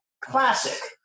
Classic